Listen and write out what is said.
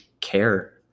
care